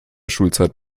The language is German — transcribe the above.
schulzeit